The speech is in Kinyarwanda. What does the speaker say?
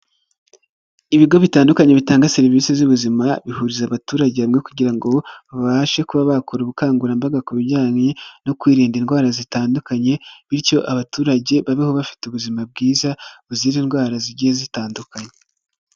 Ibigo bitandukanye bitanga serivise z'ubuzima bihuriza abaturage hamwe kugira ngo babashe kuba bakora ubukangurambaga ku bijyanye no kwirinda indwara zitandukanye, bityo abaturage bababeho bafite ubuzima bwiza buzira indwara zigiye zitandukanye.